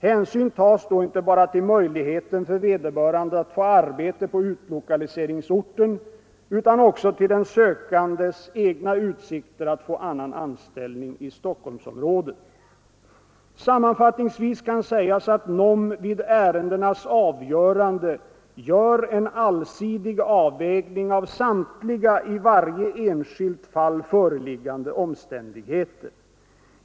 Hänsyn tas då inte bara till möjligheten för vederbörande att få arbete på utlokaliseringsorten utan också till den sökandes egna utsikter att få annan anställning i Stockholmsområdet. Sammanfattningsvis kan sägas att NOM vid ärendenas avgörande gör en allsidig avvägning av samtliga i varje enskilt fall föreliggande omständigheter.